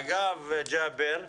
אגב, ג'אבר,